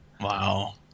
Wow